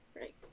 right